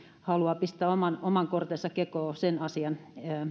haluaa pistää oman oman kortensa kekoon sen asian